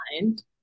mind